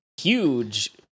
huge